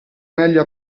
meglio